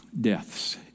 Deaths